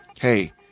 hey